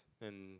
and